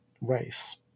race